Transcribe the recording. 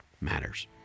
matters